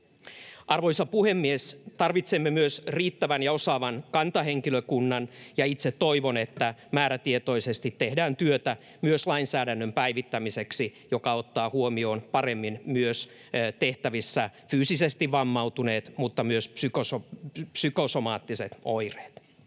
Arvoisa puhemies! Tarvitsemme myös riittävän ja osaavan kantahenkilökunnan, ja itse toivon, että määrätietoisesti tehdään työtä myös lainsäädännön päivittämiseksi, joka ottaa huomioon paremmin myös tehtävissä fyysisesti vammautuneet mutta myös psykosomaattiset oireet.